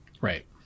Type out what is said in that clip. Right